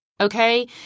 Okay